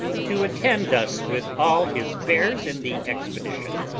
to attend us with all his bears in the expedition.